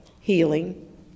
healing